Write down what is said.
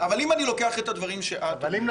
אבל אני מקבל את דבריו של חשב הכנסת.